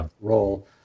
role